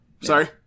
Sorry